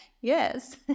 yes